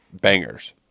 bangers